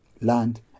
land